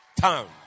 town